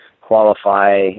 qualify